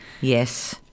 Yes